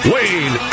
Wayne